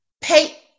Pay